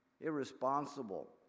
irresponsible